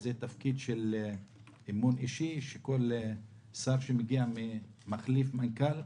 שזה תפקיד אמון אישי שכל שר שמגיע מחליף מנכ"ל,